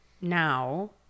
now